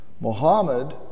Muhammad